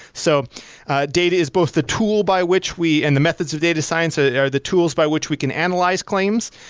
so data is both the tool by which we and the methods of data science ah are the tools by which we can analyze claims,